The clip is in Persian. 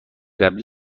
قبلی